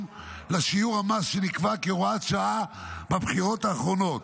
לשיעור המס שנקבע כהוראת שעה בבחירות האחרונות.